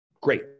Great